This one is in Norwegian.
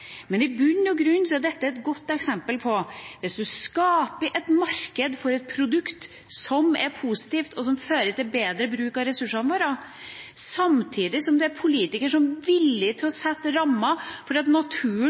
Men i bunn og grunn er dette et godt eksempel på at hvis en skaper et marked for et produkt som er positivt, og som fører til bedre bruk av ressursene våre, samtidig som en som politiker er villig til å sette rammer for at naturen